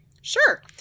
sure